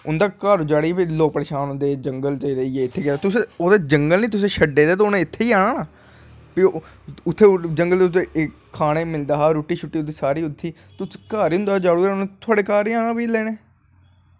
उंदे घर जोआड़ी जंगल च रेहियै इत्थें गै तुसें जंगल नी छड्डे ते उनैं इत्थें गै आनां फ्ही उत्तें जंगलें च ते खानें गी मिलदा हा रुट्टी शुट्टी उध्दर उंदा घर गै जोआड़ी ओड़ेआ उनें तोआड़े घर गै आनां फ्ही लेनें